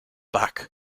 back